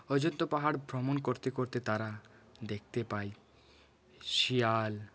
অযোধ্যা পাহাড় ভ্রমণ করতে করতে তারা দেখতে পায় শিয়াল